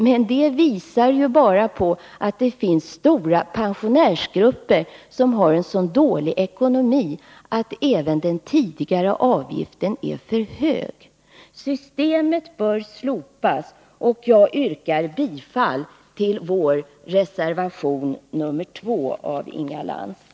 Men det visar bara att det finns stora pensionärsgrupper som har en så dålig ekonomi att även den tidigare avgiften är för hög. Systemet bör slopas, och jag yrkar bifall till vår reservation nr 2 av Inga Lantz.